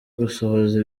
gusohoza